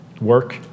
Work